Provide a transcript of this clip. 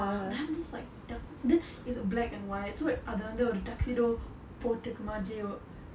then I'm just like then it's a black and white so அது வந்து ஒரு:athu vanthu oru tuxedo போட்டு இருக்கிற மாதிரி:pottu irukkira maathiri